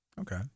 Okay